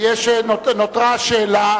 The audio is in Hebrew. נותרה השאלה: